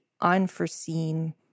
unforeseen